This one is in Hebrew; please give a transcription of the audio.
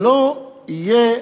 ולא יהיה